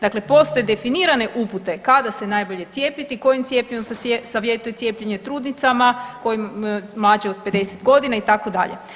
Dakle postoje definirane upute kada se najbolje cijepiti, kojim cjepivom se savjetuje cijepljenje trudnicama, kojim mlađim od 50.g. itd.